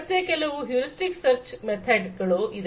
ಮತ್ತೆ ಕೆಲವು heuristic search method ಗಳು ಇದೆ